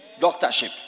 doctorship